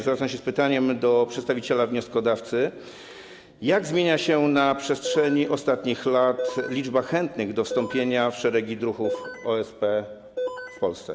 Zwracam się z pytaniem do przedstawiciela wnioskodawcy: Jak zmieniała się na przestrzeni ostatnich lat liczba chętnych do wstąpienia w szeregi druhów OSP w Polsce?